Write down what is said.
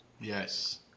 yes